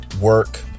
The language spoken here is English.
work